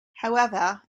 however